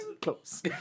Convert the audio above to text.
close